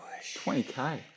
20k